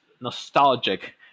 nostalgic